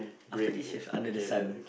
after this if under the sun